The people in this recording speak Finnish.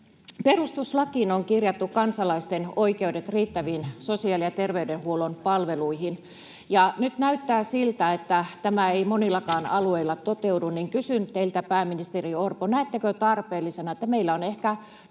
Perustuslakiin on kirjattu kansalaisten oikeudet riittäviin sosiaali- ja terveydenhuollon palveluihin, ja kun nyt näyttää siltä, että tämä ei monillakaan alueilla toteudu, niin kysyn teiltä, pääministeri Orpo: näettekö tarpeellisena, että meillä on ehkä